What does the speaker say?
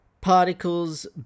Particles